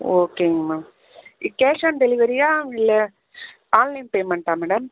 ஓகேங்க ma'am cash on டெலிவரியாக இல்லை ஆன்லைன் பேமண்ட்டாக மேடம்